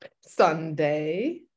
sunday